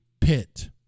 pit